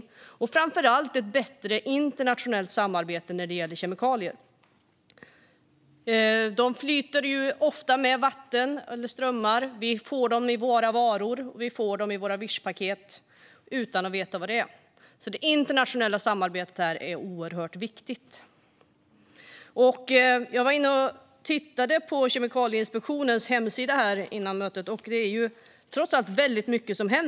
Framför allt behöver vi ha ett bättre internationellt samarbete på kemikalieområdet. Kemikalier flyter ofta med vatten och strömmar. Vi får dem i våra varor och i våra Wishpaket utan att veta vad det är. Det internationella samarbetet är därför oerhört viktigt. Innan sammanträdet började tittade jag på Kemikalieinspektionens hemsida. Det händer trots allt mycket.